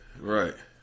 Right